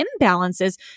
imbalances